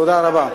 תודה רבה.